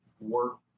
work